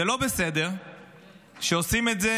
זה לא בסדר שלא עושים את זה